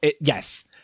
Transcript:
yes